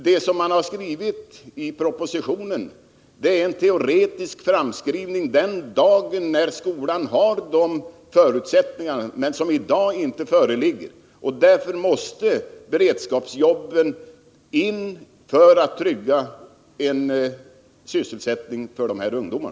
Det som har skrivits i propositionen är en teoretisk framskrivning den dag skolan har de förutsättningar som i dag inte föreligger. Därför måste beredskapsjobben till för att trygga en sysselsättning för dessa ungdomar.